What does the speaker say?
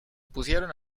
pusieron